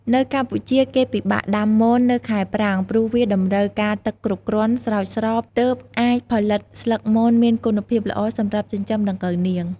នៅកម្ពុជាគេពិបាកដាំមន នៅខែប្រាំង ព្រោះវាតម្រូវការទឹកគ្រប់គ្រាន់ ស្រោចស្រព ទើបអាចផលិតស្លឹកមន មានគុណភាពល្អសម្រាប់ចិញ្ចឹមដង្កូវនាង។